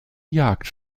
jagd